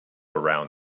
around